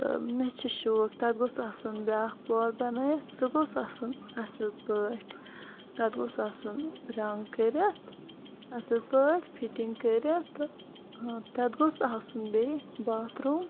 مےٚ چھ شوق تتھ گوٚژھ آسُن بیاکھ پوٚہَر بَنٲوِتھ سُہ گوٚژھ آسُن اصل پٲٹھۍ تتھ گوٚژھ آسُن رَنٛگ کٔرِتھ اصل پٲٹھۍ فِٹِنٛگ کٔرِتھ تتھ گوٚژھ آسُن بیٚیہِ باتھروٗم